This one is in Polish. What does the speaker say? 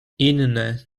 inne